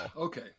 Okay